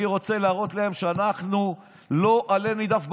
אני רוצה להראות להם שאנחנו לא עלה נידף ברוח.